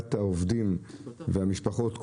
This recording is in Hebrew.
דאגת העובדים והמשפחות,